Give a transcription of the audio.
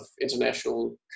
international